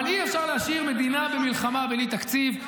אבל אי-אפשר להשאיר מדינה במלחמה בלי תקציב.